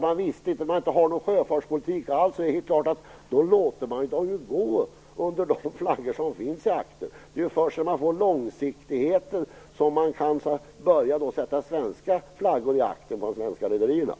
Om regeringen inte har någon sjöfartspolitik alls låter näringen givetvis båtarna gå under de flaggor som sitter i aktern. Det är först när det blir en långsiktighet i politiken som de svenska rederierna kan börja sätta svenska flaggor i aktern.